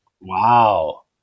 Wow